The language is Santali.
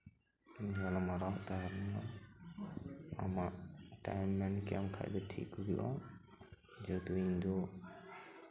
ᱜᱟᱞᱢᱟᱨᱟᱣ ᱛᱟᱦᱮᱸ ᱞᱮᱱᱟ ᱟᱢᱟᱜ ᱴᱟᱭᱤᱢ ᱢᱮᱱ ᱠᱮᱭᱟᱢ ᱠᱷᱟᱱ ᱫᱚ ᱴᱷᱤᱠ ᱦᱩᱭᱩᱜᱼᱟ ᱡᱮᱦᱮᱛᱩ ᱤᱧ ᱫᱚ